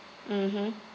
mmhmm